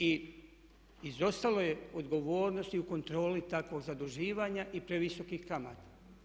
I izostalo je odgovornosti u kontroli takvog zaduživanja i previsokih kamata.